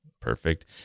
Perfect